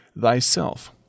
thyself